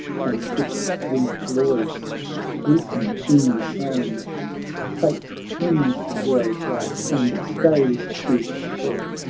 transfixed the glorious grecian in the sand fate ends the hero's life, and stays his breath,